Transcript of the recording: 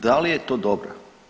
Da li je to dobro?